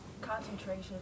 concentration